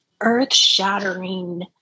earth-shattering